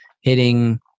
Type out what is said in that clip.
hitting